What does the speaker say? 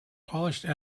polished